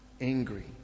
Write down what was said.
angry